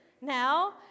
now